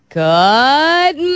good